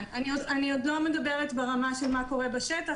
אני עוד לא אומרת מה קורה בשטח,